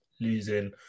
losing